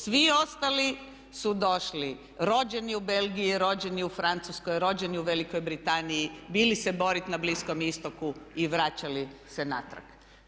Svi ostali su došli rođeni u Belgiji, rođeni u Francuskoj, rođeni u Velikoj Britaniji, bili se boriti na Bliskom istoku i vraćali se natrag.